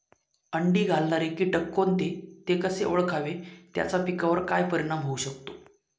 अंडी घालणारे किटक कोणते, ते कसे ओळखावे त्याचा पिकावर काय परिणाम होऊ शकतो?